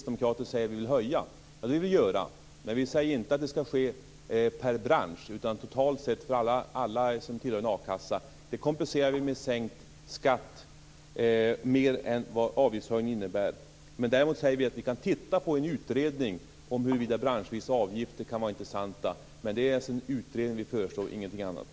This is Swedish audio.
Det vill vi göra, men vi säger inte att det skall ske per bransch utan för alla som tillhör en akassa. Det kompenserar vi med sänkt skatt - mer än vad avgiftshöjningen innebär. Däremot säger vi att vi kan titta på en utredning om huruvida branschvisa avgifter kan vara intressanta. Det är en utredning vi föreslår - ingenting annat.